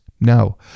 No